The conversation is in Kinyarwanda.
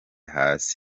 hasi